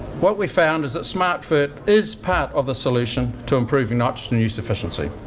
what we found is that smartfert is part of the solution to improving nitrogen use efficiency.